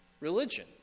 religion